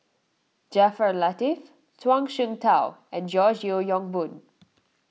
Jaafar Latiff Zhuang Shengtao and George Yeo Yong Boon